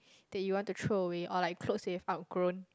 that you want to throw away or like clothes you have outgrown